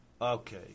Okay